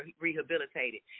rehabilitated